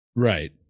Right